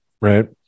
right